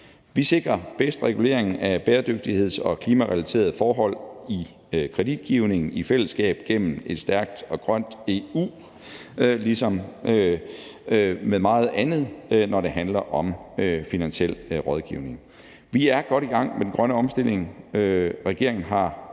Vi sikrer bedst regulering af bæredygtigheds- og klimarelaterede forhold i kreditgivningen i fællesskab gennem et stærkt og grønt EU, ligesom med meget andet, når det handler om finansiel rådgivning. Vi er godt i gang med den grønne omstilling. Regeringen har bragt